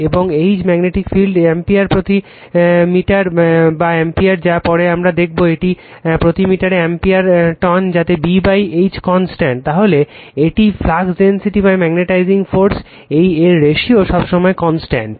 এবং H magnetic field ampere প্রতি metre ampere বা পরে আমরা দেখব যে এটি প্রতি মিটারে অ্যাম্পিয়ার টন যাতে BH কনস্ট্যান্ট তাহলে এটি ফ্লাক্স ডেনসিটি ম্যাগ্নেটাইজিং ফোর্স এর রেশিও সবসময় কনস্ট্যান্ট